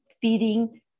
feeding